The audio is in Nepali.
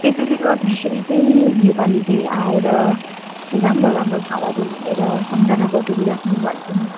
त्यसैले गर्दाखेरि चाहिँ योपालि चाहिँ आएर यसो राम्रो राम्रो ठाउँहरू घुमेर सम्झना बटुलिराखौँ भनेको नि